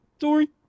sorry